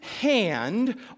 hand